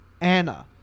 Anna